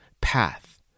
path